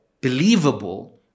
believable